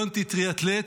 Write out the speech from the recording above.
יונתי טריאתלט.